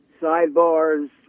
sidebars